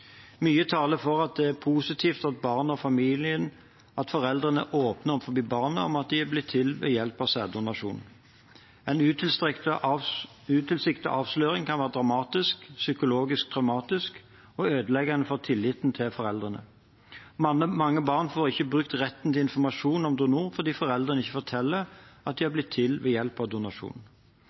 Mye taler for at det er positivt for barnet og familien at foreldrene er åpne overfor barnet om at det er blitt til ved hjelp av sæddonasjon. En utilsiktet avsløring kan være dramatisk, psykologisk traumatisk og ødeleggende for tilliten til foreldrene. Mange barn får ikke brukt retten til informasjon om donor fordi foreldrene ikke forteller at de har blitt til ved hjelp av donasjon.